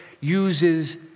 uses